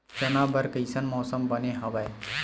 चना बर कइसन मौसम बने हवय?